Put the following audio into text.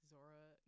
Zora